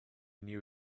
knew